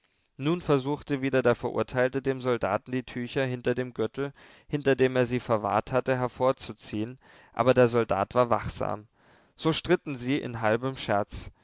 nun versuchte wieder der verurteilte dem soldaten die tücher hinter dem gürtel hinter dem er sie verwahrt hatte hervorzuziehen aber der soldat war wachsam so stritten sie in halbem scherz